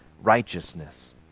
righteousness